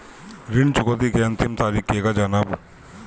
ऋण चुकौती के अंतिम तारीख केगा जानब?